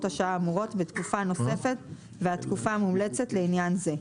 השעה האמורות בתקופה נוספת והתקופה המומלצת לעניין זה.